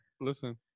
listen